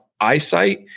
eyesight